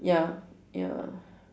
ya ya